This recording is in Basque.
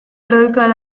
produktuak